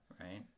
Right